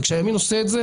וכשהימין עושה את זה,